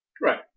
Right